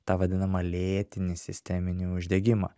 tą vadinamą lėtinį sisteminį uždegimą